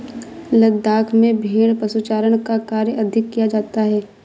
लद्दाख में भेड़ पशुचारण का कार्य अधिक किया जाता है